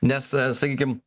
nes sakykim